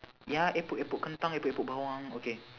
ya epok epok kentang epok epok bawang okay